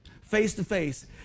face-to-face